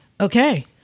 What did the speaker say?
Okay